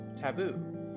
taboo